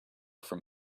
from